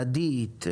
ידית,